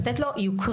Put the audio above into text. לתת לו יוקרה.